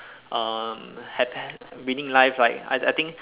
um happy winning life like I I think